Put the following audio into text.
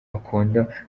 akunda